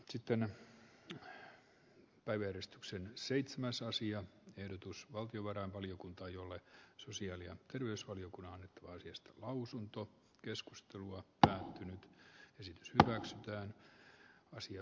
siten päivystyksen seitsemän sasi ja ehdotus valtionvarainvaliokunta jolle sosiaali ja terveysvaliokunnan asiasta lausunto keskustelua että esitys vapaaksi tai osia